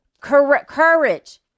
courage